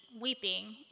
weeping